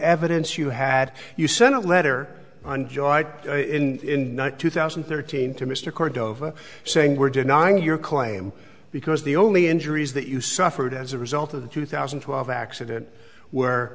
evidence you had you sent a letter on joy in two thousand and thirteen to mr cordova saying we're denying your claim because the only injuries that you suffered as a result of the two thousand and twelve accident where